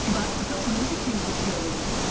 but a person who is accused of terrorism,